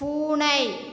பூனை